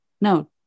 No